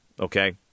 okay